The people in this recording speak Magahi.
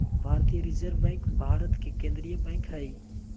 भारतीय रिजर्व बैंक भारत के केन्द्रीय बैंक हइ